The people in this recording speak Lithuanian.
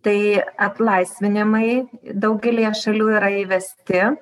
tai atlaisvinimai daugelyje šalių yra įvesti